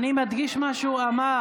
אדוני היושב-ראש,